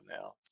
now